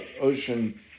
ocean